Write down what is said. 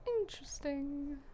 Interesting